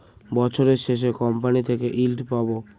বছরের শেষে কোম্পানি থেকে ইল্ড পাবো